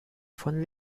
von